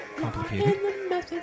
complicated